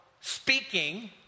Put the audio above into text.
speaking